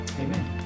Amen